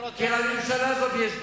כי לממשלה הזאת יש דרך.